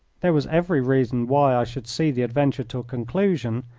there was every reason why i should see the adventure to a conclusion,